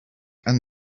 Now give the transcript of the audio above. and